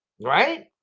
right